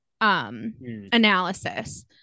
analysis